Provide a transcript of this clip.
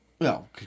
No